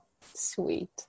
sweet